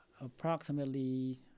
approximately